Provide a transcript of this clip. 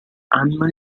hanno